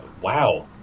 Wow